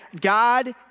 God